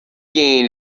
gain